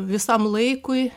visam laikui